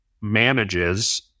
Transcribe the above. manages